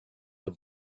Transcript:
the